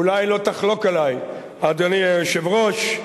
אולי לא תחלוק עלי, אדוני היושב-ראש,